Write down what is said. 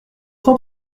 cent